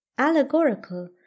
allegorical